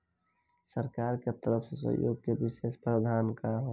सरकार के तरफ से सहयोग के विशेष प्रावधान का हई?